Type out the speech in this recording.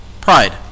Pride